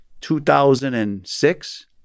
2006